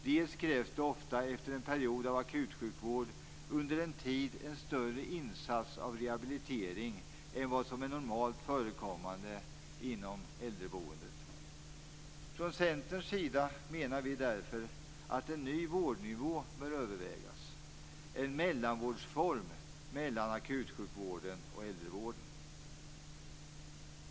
Dels krävs det ofta, efter en period av akutsjukvård, under en tid en större insats av rehabilitering än vad som är normalt förekommande inom äldreboendet. Från Centerns sida menar vi därför att en ny vårdnivå bör övervägas, en mellanvårdform mellan akutsjukvården och äldrevården.